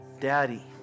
Daddy